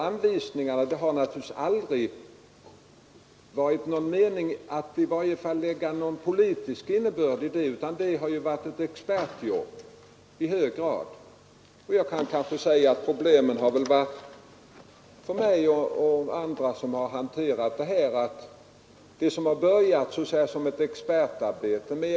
Avsikten har aldrig varit att lägga någon politisk innebörd i anvisningarna; de har i hög grad varit ett expertjobb.